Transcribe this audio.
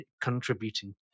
contributing